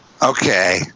Okay